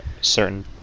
certain